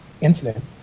incident